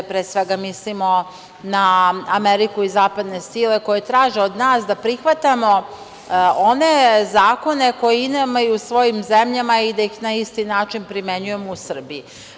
Pre svega mislimo na Ameriku i zapadne sile koje traže od nas da prihvatamo one zakone koje nemaju u svojim zemljama i da ih na isti način primenjujemo u Srbiji.